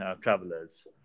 travelers